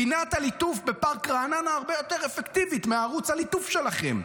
פינת הליטוף בפארק רעננה הרבה יותר אפקטיבית מערוץ הליטוף שלכם.